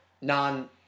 non